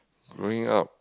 growing up